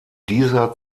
dieser